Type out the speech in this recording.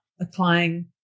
applying